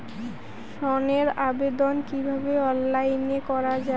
ঋনের আবেদন কিভাবে অনলাইনে করা যায়?